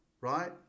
right